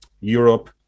Europe